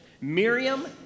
Miriam